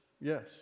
yes